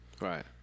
Right